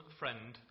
friend